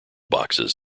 boxes